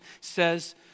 says